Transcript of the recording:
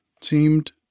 seemed